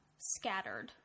scattered